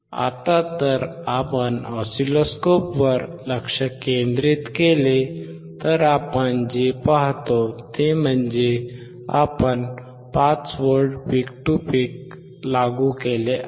आता जर आपण ऑसिलोस्कोपवर लक्ष केंद्रित केले तर आपण जे पाहतो ते म्हणजे आपण 5 V पीक टू पीक लागू केले आहे